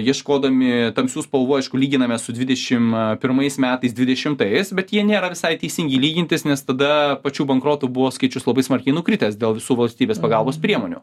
ieškodami tamsių spalvų aišku lyginame su dvidešim pirmais metais dvidešimtais bet jie nėra visai teisingi lygintis nes tada pačių bankrotų buvo skaičius labai smarkiai nukritęs dėl visų valstybės pagalbos priemonių